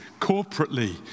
corporately